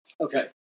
Okay